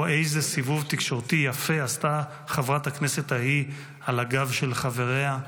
או איזה סיבוב תקשורתי יפה עשתה חברת הכנסת ההיא על הגב של חבריה?